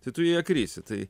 tai tu į ją krisi tai